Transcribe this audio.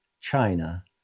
China